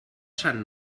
sant